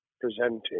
presenting